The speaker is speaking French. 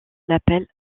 l’appel